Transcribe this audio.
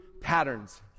patterns